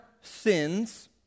sins